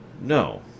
no